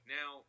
Now